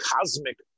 cosmic